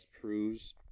proves